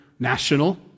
national